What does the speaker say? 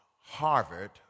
Harvard